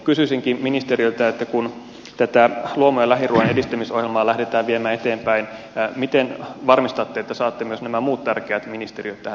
kysyisinkin ministeriltä kun luomu ja lähiruuan edistämisohjelmaa lähdetään viemään eteenpäin miten varmistatte että saatte myös nämä muut tärkeät ministeriöt tähän työhön mukaan